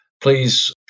Please